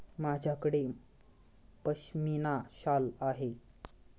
माझ्याकडे पश्मीना शाल आहे